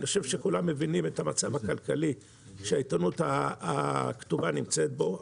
אני חושב שכולם מבינים את המצב הכלכלי שהעיתונות הכתובה נמצאת בו.